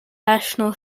national